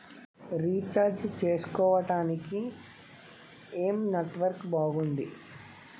Recharge చేసుకోవటానికి ఏం network బాగుంది?